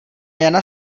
jana